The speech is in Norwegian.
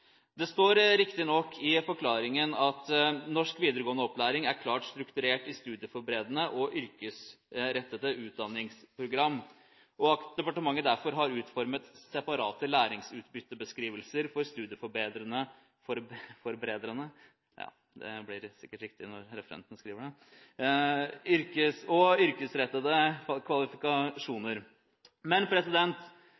Det står riktignok i forklaringen: «Norsk videregående opplæring er klart strukturert i studieforberedende og i yrkesrettete utdanningsprogram. Departementet har derfor utformet separate læringsutbyttebeskrivelser for studieforberedende og yrkesrettede